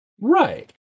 Right